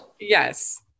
Yes